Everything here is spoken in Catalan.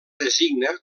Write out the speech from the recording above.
designa